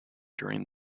during